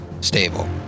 Stable